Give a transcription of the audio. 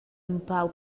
empau